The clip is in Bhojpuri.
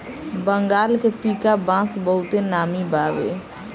बंगाल के पीका बांस बहुते नामी बावे